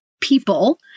people